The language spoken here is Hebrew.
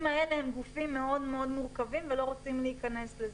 האלה הם גופים מאוד מאוד מורכבים ולא רוצים להיכנס לזה.